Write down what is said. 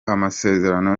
amasezerano